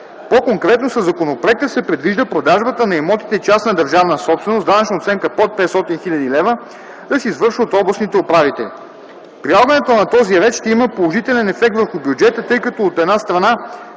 По-конкретно със законопроекта се предвижда продажбата на имотите частна държавна собственост с данъчна оценка под 500 000 лв., да се извършва от областните управители. Прилагането на този ред ще има положителен ефект върху бюджета, тъй като, от една страна,